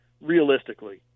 realistically